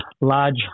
large